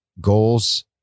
goals